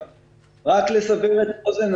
רק לסבר את האוזן,